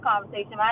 conversation